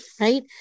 right